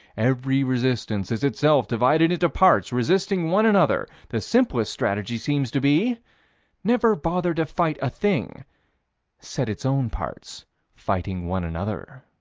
every resistance is itself divided into parts resisting one another. the simplest strategy seems to be never bother to fight a thing set its own parts fighting one another.